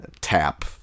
tap